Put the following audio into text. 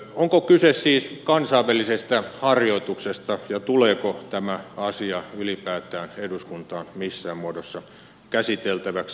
onko kyse siis kansainvälisestä harjoituksesta ja tuleeko tämä asia ylipäätään eduskuntaan missään muodossa käsiteltäväksi